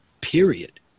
period